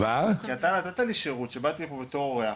אתה נתת לי שירות, כשבאתי לפה בתור אורח